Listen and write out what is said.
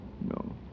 no